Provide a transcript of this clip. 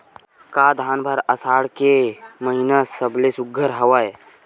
का धान बर आषाढ़ के महिना सबले सुघ्घर हवय?